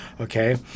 okay